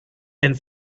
and